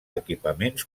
equipaments